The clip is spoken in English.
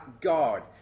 God